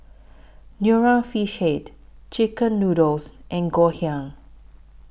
Nonya Fish Head Chicken Noodles and Ngoh Hiang